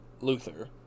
Luther